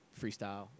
freestyle